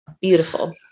Beautiful